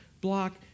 block